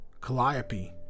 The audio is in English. Calliope